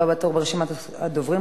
הבא בתור ברשימת הדוברים,